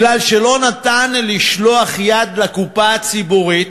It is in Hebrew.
משום שלא נתן לשלוח יד לקופה הציבורית,